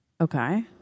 okay